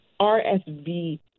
RSV